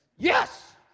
Yes